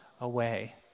away